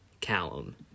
callum